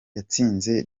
yatsinze